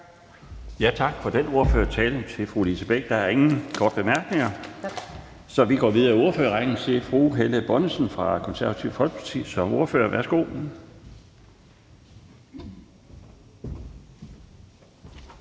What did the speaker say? Tak for den ordførertale til fru Lise Bech. Der er ingen korte bemærkninger, så vi går videre i ordførerrækken til fru Helle Bonnesen fra Det Konservative Folkeparti. Værsgo.